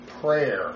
Prayer